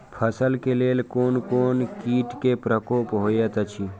फसल के लेल कोन कोन किट के प्रकोप होयत अछि?